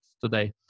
today